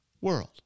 world